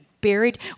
buried